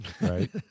right